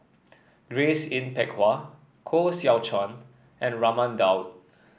Grace Yin Peck Ha Koh Seow Chuan and Raman Daud